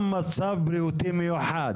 גם מצב בריאותי מיוחד.